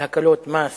על הקלות מס